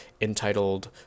entitled